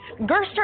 Gerster